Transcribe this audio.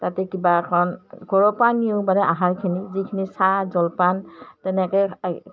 তাতে কিবা এখন ঘৰৰপৰা নিওঁ মানে আহাৰখিনি যিখিনি চাহ জলপান তেনেকৈ